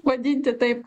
vadinti taip